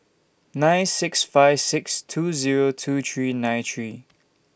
nine six five six two Zero two three nine three